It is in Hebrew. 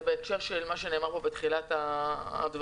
בהקשר למה שנאמר פה בתחילת הדברים,